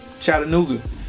Chattanooga